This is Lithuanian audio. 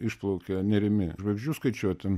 išplaukė nerimi žvaigždžių skaičiuoti